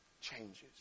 changes